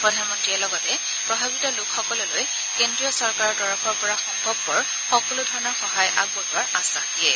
প্ৰধানমন্ত্ৰীয়ে লগতে প্ৰভাৱিত লোকসকললৈ কেন্দ্ৰীয় চৰকাৰৰ তৰফৰ পৰা সম্ভৱপৰ সকলো ধৰণৰ সহায় আগবঢ়োৱাৰ আশ্বাস দিয়ে